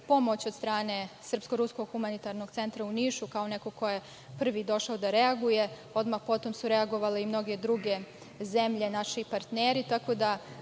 pomoć od strane Srpsko-ruskog humanitarnog centra u Nišu, kao neko ko je prvi došao da reaguje. Odmah potom su reagovale i mnoge druge zemlje, naši partneri,